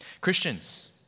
Christians